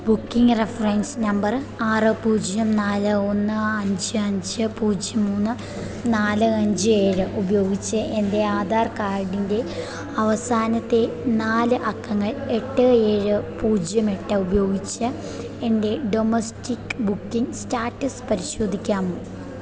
booking reference number ആറ് പൂജ്യം നാല് ഒന്ന് അഞ്ച് അഞ്ച് പൂജ്യം മൂന്ന് നാല് അഞ്ച് ഏഴ് ഉപയോഗിച്ച് എൻ്റെ ആധാർ കാർഡിൻ്റെ അവസാനത്തെ നാലക്കങ്ങൾ എട്ട് ഏഴ് പൂജ്യം എട്ട് ഉപയോഗിച്ച് എൻ്റെ ഡൊമസ്റ്റിക് ബുക്കിംഗ് സ്റ്റാറ്റസ് പരിശോധിക്കാമോ